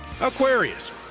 Aquarius